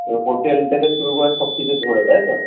তো হোটেল থেকে শুরু করে সব কিছু ধরে তাই তো